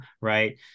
right